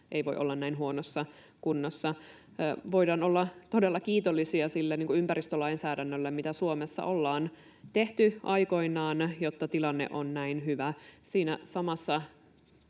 voi olla näin huonossa kunnossa. Voidaan olla todella kiitollisia sille ympäristölainsäädännölle, mitä Suomessa ollaan tehty aikoinaan, jotta tilanne on näin hyvä.